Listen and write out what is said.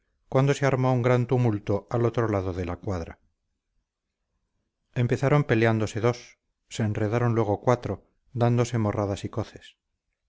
cuando se armó un gran tumulto al otro lado de la cuadra empezaron peleándose dos se enredaron luego cuatro dándose morradas y coces